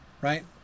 right